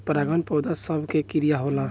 परागन पौध सभ के क्रिया होला